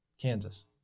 Kansas